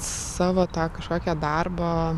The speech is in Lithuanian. savo tą kažkokią darbo